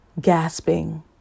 gasping